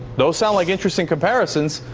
those sound like interesting comparisons.